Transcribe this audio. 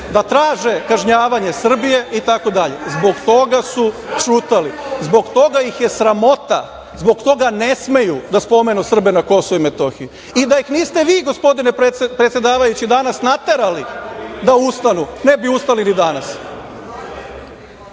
da traže kažnjavanje Srbije i tako dalje, zbog toga su ćutali. Zbog toga ih je i sramota i zbog toga ne smeju da spomenu Srbe na Kosovu i Metohiji. I, da ih niste vi gospodine predsedavajući danas naterali da ustanu, ne bi ustali ni